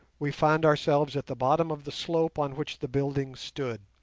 we found ourselves at the bottom of the slope on which the building stood.